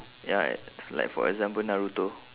ya like for example naruto